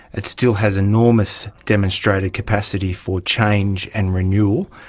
it still has enormous demonstrated capacity for change and renewal.